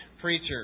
preacher